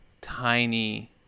tiny